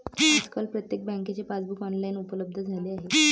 आजकाल प्रत्येक बँकेचे पासबुक ऑनलाइन उपलब्ध झाले आहे